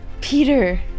Peter